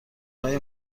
های